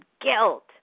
guilt